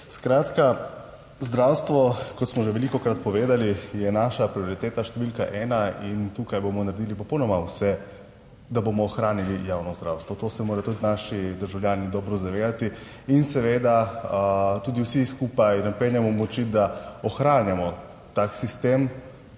zdravstvo kot smo že velikokrat povedali, je naša prioriteta številka ena in tukaj bomo naredili popolnoma vse, da bomo ohranili javno zdravstvo. To se morajo tudi naši državljani dobro zavedati in seveda tudi vsi skupaj napenjamo moči, da ohranjamo tak sistem,